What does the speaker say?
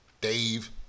dave